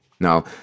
Now